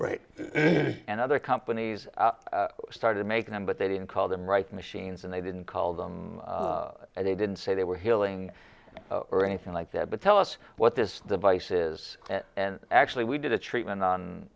right and other companies started making them but they didn't call them right machines and they didn't call them and they didn't say they were healing or anything like that but tell us what this device is and actually we did a treatment